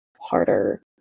harder